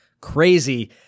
crazy